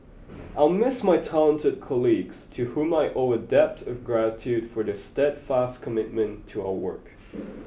I'll miss my talented colleagues to whom I owe a debt of gratitude for their steadfast commitment to our work